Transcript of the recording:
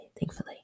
thankfully